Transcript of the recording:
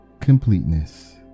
completeness